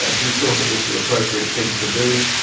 ah he thought it was the appropriate thing to do.